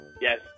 Yes